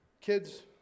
kids